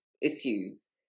issues